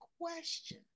question